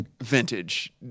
vintage